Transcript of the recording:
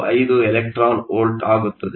45 electron volt ಆಗುತ್ತದೆ